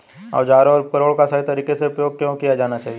औजारों और उपकरणों का सही तरीके से उपयोग क्यों किया जाना चाहिए?